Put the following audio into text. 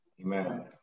Amen